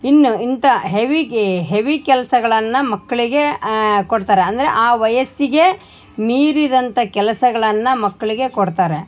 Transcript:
ಇನ್ನೂ ಇಂಥ ಹೆವಿಗೆ ಹೆವಿ ಕೆಲಸಗಳನ್ನ ಮಕ್ಕಳಿಗೆ ಕೊಡ್ತಾರೆ ಅಂದರೆ ಆ ವಯಸ್ಸಿಗೆ ಮೀರಿದಂಥ ಕೆಲಸಗಳನ್ನ ಮಕ್ಕಳಿಗೆ ಕೊಡ್ತಾರೆ